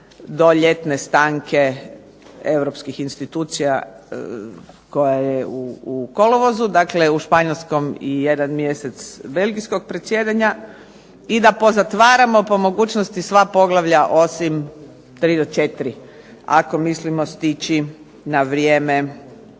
do ljetne stanke europskih institucija koja je u kolovozu, dakle u španjolskom i jedan mjesec belgijskog predsjedanja, i da pozatvaramo po mogućnosti sva poglavlja osim tri do četiri, ako mislimo stići na vrijeme